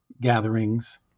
gatherings